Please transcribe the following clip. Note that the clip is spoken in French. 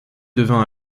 devint